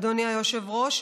אדוני היושב-ראש,